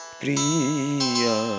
priya